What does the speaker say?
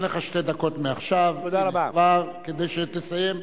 אתן לך שתי דקות מעכשיו כדי שתסיים.